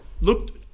Look